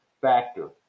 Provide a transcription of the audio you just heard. factor